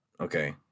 okay